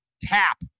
tap